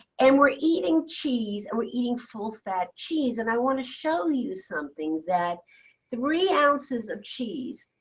and we're eating cheese, and we're eating full fat cheese. and i want to show you something that three ounces of cheese,